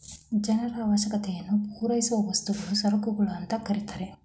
ಜನರ ಅವಶ್ಯಕತೆಯನ್ನು ಪೂರೈಸುವ ವಸ್ತುಗಳನ್ನು ಸರಕುಗಳು ಅಂತ ಕರೆತರೆ